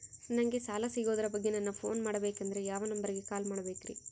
ನಂಗೆ ಸಾಲ ಸಿಗೋದರ ಬಗ್ಗೆ ನನ್ನ ಪೋನ್ ಮಾಡಬೇಕಂದರೆ ಯಾವ ನಂಬರಿಗೆ ಕಾಲ್ ಮಾಡಬೇಕ್ರಿ?